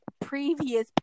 previous